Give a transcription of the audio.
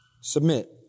Submit